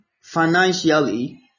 financially